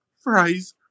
fries